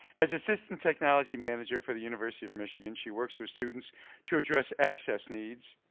as assistant technology manager for the university of michigan, she works with students to address access needs,